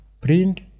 print